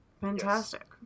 Fantastic